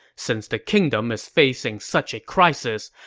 since the kingdom is facing such a crisis,